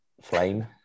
flame